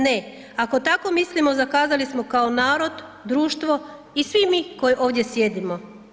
Ne, ako tako mislimo zakazali smo kao narod, društvo i svi mi koji ovdje sjedimo.